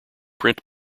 print